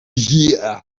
here